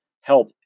help